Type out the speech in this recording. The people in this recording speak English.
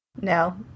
no